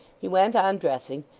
he went on dressing,